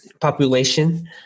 population